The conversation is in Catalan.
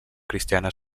cristiana